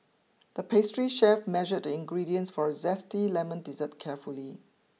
the pastry chef measured the ingredients for a zesty lemon dessert carefully